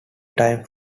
times